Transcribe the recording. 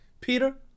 Peter